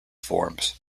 forms